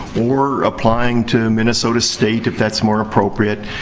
or applying to minnesota state, if that's more appropriate.